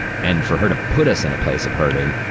and for her to put us in a place of hurting,